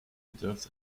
deserves